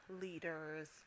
leaders